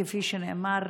כפי שנאמר,